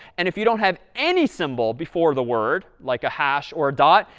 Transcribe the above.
and if you don't have any symbol before the word, like a hash or a dot,